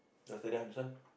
just tell them this one